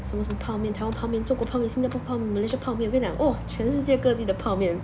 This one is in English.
什么什么泡面台湾泡面中国泡面新加坡泡面 Malaysia 泡面我跟你讲 !whoa! 全世界各地的泡面